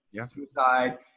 suicide